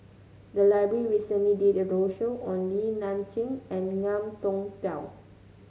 the library recently did a roadshow on Li Nanxing and Ngiam Tong Dow